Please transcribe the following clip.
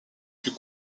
plus